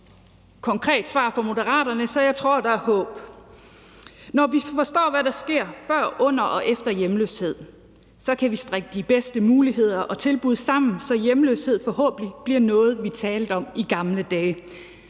konkret svar fra Moderaterne, så jeg tror, der er håb. Når vi forstår, hvad der sker før, under og efter hjemløshed, kan vi strikke de bedste muligheder og tilbud sammen, så hjemløshed forhåbentlig bliver noget, vi talte om i gamle dage.